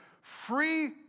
free